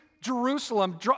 Jerusalem